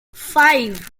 five